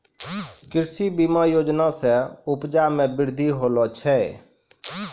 कृषि बीमा योजना से उपजा मे बृद्धि होलो छै